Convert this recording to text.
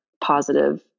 positive